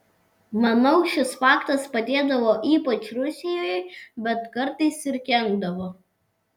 manau šis faktas padėdavo ypač rusijoje bet kartais ir kenkdavo